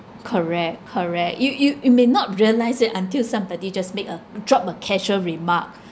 correct correct you you you may not realise it until somebody just make a drop a casual remark